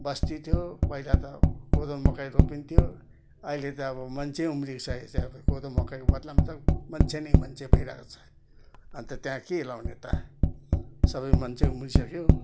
बस्ती थियो पहिला त कोदो मकै रोपिन्थ्यो अहिले त अब मान्छे उम्रिसकेको छ अब कोदो मकैको बद्लामा त मान्छे नै मान्छे भइरहेको छ अन्त त्यहाँ के लाउने त सबै मान्छे उम्रिसक्यो